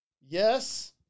yes